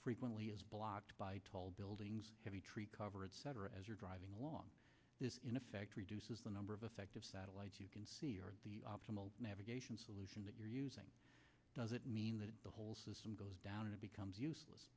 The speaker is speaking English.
frequently is blocked by tall buildings heavy tree cover etc as you're driving along this in effect reduces the number of effective satellites you can see or the optimal navigation solution that you're using doesn't mean that the whole system goes down it becomes useless